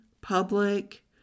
public